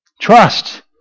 Trust